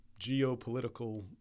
geopolitical